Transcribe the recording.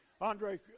Andre